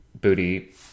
booty